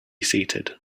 seated